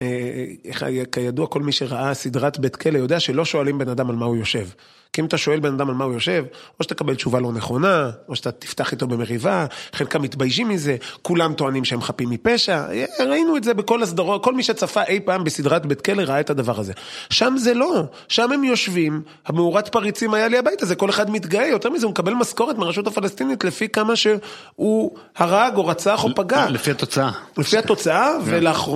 כידוע, כל מי שראה סדרת בית כלא יודע שלא שואלים בן אדם על מה הוא יושב. כי אם אתה שואל בן אדם על מה הוא יושב, או שתקבל תשובה לא נכונה, או שתפתח איתו במריבה, חלקם מתביישים מזה, כולם טוענים שהם חפים מפשע, ראינו את זה בכל הסדרות, כל מי שצפה אי פעם בסדרת בית כלא ראה את הדבר הזה. שם זה לא, שם הם יושבים, המאורת פריצים היה לי הבית הזה, כל אחד מתגאה יותר מזה, הוא מקבל משכורת מהראשות הפלסטינית לפי כמה שהוא הרג או רצח או פגע. לפי התוצאה. לפי התוצאה ולאחרונה.